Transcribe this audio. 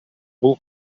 бул